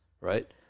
Right